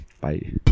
bye